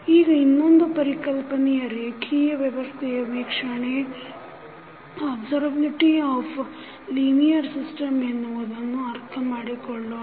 ಈಗ ಇನ್ನೊಂದು ಪರಿಕಲ್ಪನೆ ರೇಖಿಯ ವ್ಯವಸ್ಥೆಯ ವೀಕ್ಷಣೆ ಎನ್ನುವುದನ್ನು ಅರ್ಥಮಾಡಿಕೊಳ್ಳೋಣ